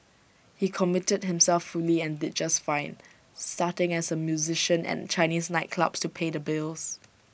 he committed himself fully and did just fine starting as A musician at Chinese nightclubs to pay the bills